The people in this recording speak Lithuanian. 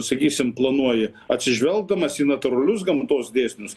sakysim planuoji atsižvelgdamas į natūralius gamtos dėsnius